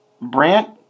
Brant